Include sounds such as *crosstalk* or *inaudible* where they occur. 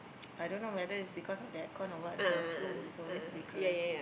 *noise* I don't know whether is because of the aircon or what her flu is always recurring